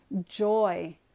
joy